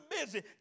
busy